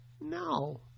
No